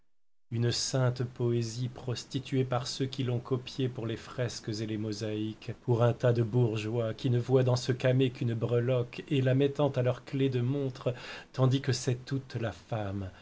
une sainte poésie prostituée par ceux qui l'ont copiée pour les fresques et les mosaïques pour un tas de bourgeois qui ne voient dans ce camée qu'une breloque et la mettent à leurs clefs de montre tandis que c'est toute la femme